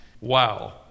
wow